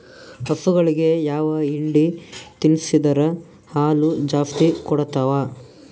ಹಸುಗಳಿಗೆ ಯಾವ ಹಿಂಡಿ ತಿನ್ಸಿದರ ಹಾಲು ಜಾಸ್ತಿ ಕೊಡತಾವಾ?